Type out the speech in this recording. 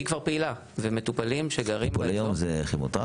היא כבר פעילה ומטופלים שגרים באזור --- טיפולי יום זה כימותרפיה?